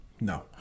No